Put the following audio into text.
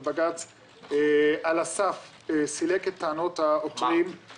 ובג"צ על הסף סילק את טענות העותרים,